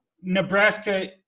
Nebraska